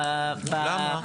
למה?